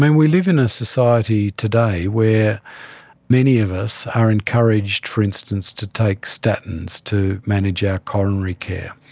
and we live in a society today where many of us are encouraged, for instance, to take statins to manage our coronary care.